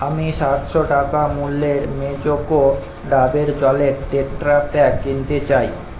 আমি সাতশো টাকা মূল্যের মেজোকো ডাবের জলের টেট্রা প্যাক কিনতে চাই